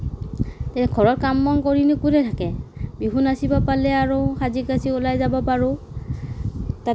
ঘৰৰ কাম বন কৰিনো কোনে থাকে বিহু নাচিব পালে আৰু সাজি কাচি ওলাই যাব পাৰোঁ